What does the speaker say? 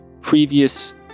previous